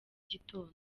gitondo